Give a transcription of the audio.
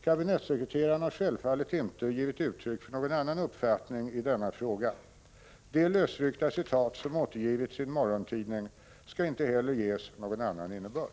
Kabinettssekreteraren har självfallet inte givit uttryckt för någon annan uppfattning i denna fråga. Det lösryckta citat som återgivits i en morgontidning skall inte heller ges någon annan innebörd.